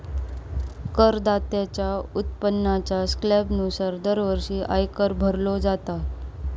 करदात्याच्या उत्पन्नाच्या स्लॅबनुसार दरवर्षी आयकर भरलो जाता